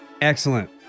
Excellent